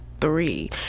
three